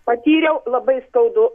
patyriau labai skaudų